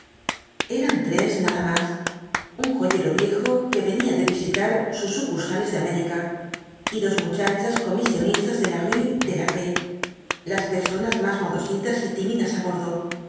eran tres nada más un joyero viejo que venía de visitar sus sucursales de américa y dos muchachas comisionistas de la rve de la paix las personas más modositas y tímidas